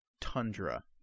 tundra